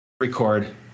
record